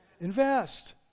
Invest